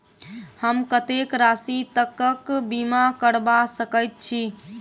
हम कत्तेक राशि तकक बीमा करबा सकैत छी?